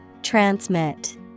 Transmit